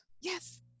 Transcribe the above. Yes